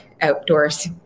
outdoors